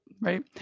Right